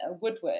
Woodward